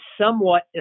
somewhat